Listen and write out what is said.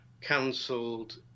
cancelled